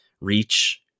reach